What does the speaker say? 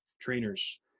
trainers